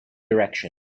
direction